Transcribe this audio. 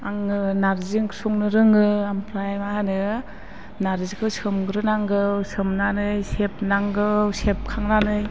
आङो नारजि ओंख्रि संनो रोङो ओमफ्राय मा होनो नारजिखौ सोमग्रोनांगौ सोमनानै सेबनांगौ सेबखांनानै